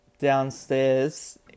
Downstairs